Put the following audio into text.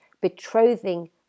betrothing